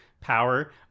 power